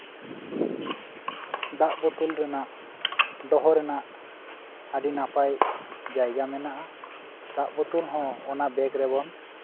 ᱫᱟᱜ ᱵᱳᱛᱳᱞ ᱨᱮᱱᱟᱜ ᱫᱚᱦᱚ ᱨᱮᱱᱟᱜ ᱟᱹᱰᱤ ᱱᱟᱯᱟᱭ ᱡᱟᱭᱜᱟ ᱢᱮᱱᱟᱜᱼᱟ ᱫᱟᱜ ᱵᱳᱛᱳᱞ ᱦᱚᱸ ᱚᱱᱟ ᱵᱮᱜᱽ ᱨᱮᱵᱚᱱ